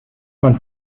man